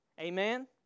Amen